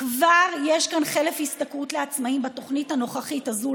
כבר יש כאן חלף השתכרות לעצמאים בתוכנית הנוכחית הזאת,